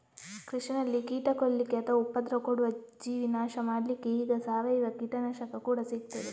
ಕೃಷಿನಲ್ಲಿ ಕೀಟ ಕೊಲ್ಲಿಕ್ಕೆ ಅಥವಾ ಉಪದ್ರ ಕೊಡುವ ಜೀವಿ ನಾಶ ಮಾಡ್ಲಿಕ್ಕೆ ಈಗ ಸಾವಯವ ಕೀಟನಾಶಕ ಕೂಡಾ ಸಿಗ್ತದೆ